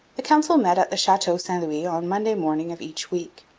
the council met at the chateau st louis on monday morning of each week,